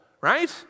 right